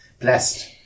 Blessed